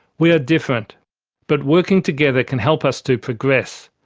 we are different but working together can help us to progress,